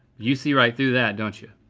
you see right through that, don't you?